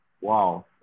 Wow